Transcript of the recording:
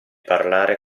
parlare